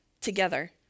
together